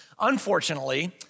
unfortunately